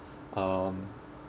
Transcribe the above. um